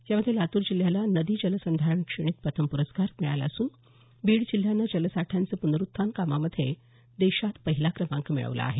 यात लातूर जिल्ह्याला नदी जलसंधारण श्रेणीत प्रथम प्रस्कार मिळाला असून बीड जिल्ह्यानं जलसाठ्यांचे प्नरुत्थान कामामध्ये देशात प्रथम क्रमांक मिळवला आहे